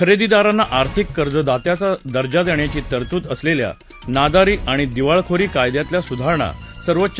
खरेदीदारांना आर्थिक कर्जदात्याचा दर्जा देण्याची तस्तूद असलेल्या नादारी आणि दिवाळखोरी कायद्यातल्या सुधारणा सर्वोच्च